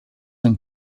and